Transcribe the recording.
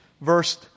verse